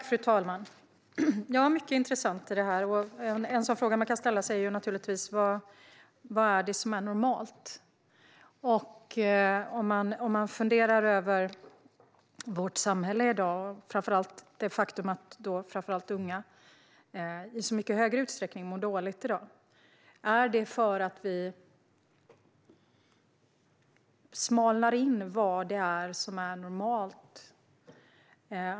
Fru talman! Det är mycket intressant i detta. En fråga man kan ställa sig är: Vad är normalt? Man kan fundera över vårt samhälle i dag och framför allt det faktum att unga i så mycket större utsträckning mår dåligt i dag. Är det för att vi smalnar in vad som är normalt?